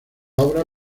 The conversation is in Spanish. obra